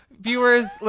viewers